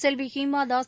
Selvi Hima Das